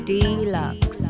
Deluxe